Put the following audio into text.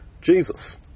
Jesus